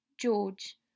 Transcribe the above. George